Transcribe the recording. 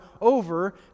over